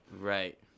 Right